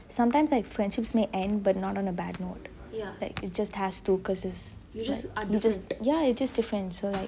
sometimes friendships may end but not on a bad note ya it just has to ya it just depends